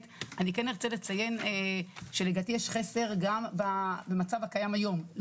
אני כן ארצה לציין שלדעתי יש חסר גם במצב הקיים היום,